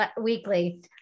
weekly